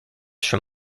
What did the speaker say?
from